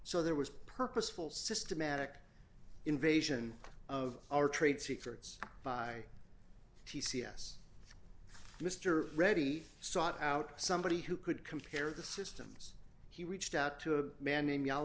so there was purposeful systematic invasion of our trade secrets by p c s mr reddy sought out somebody who could compare the systems he reached out to a man named